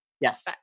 Yes